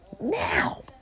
now